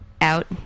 out